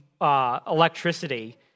Electricity